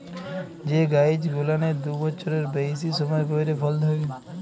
যে গাইছ গুলানের দু বচ্ছরের বেইসি সময় পইরে ফল ধইরে